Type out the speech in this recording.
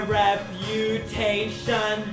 reputation